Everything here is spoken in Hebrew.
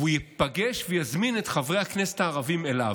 והוא ייפגש ויזמין את חברי הכנסת הערבים אליו.